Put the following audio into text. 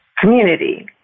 community